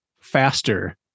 faster